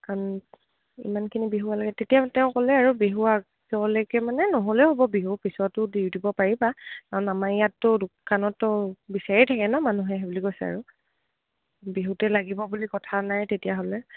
কাৰণ ইমানখিনি বিহু লাগে তেতিয়া তেওঁ ক'লে আৰু বিহু আজলৈকে মানে নহ'লে হ'ব বিহু পিছতো দি দিব পাৰিবা কাৰণ আমাৰ ইয়াততো দোকানততো বিচাৰেই থাকে ন মানুহে বুলি কৈছে আৰু বিহুতে লাগিব বুলি কথা নাই তেতিয়াহ'লে